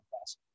class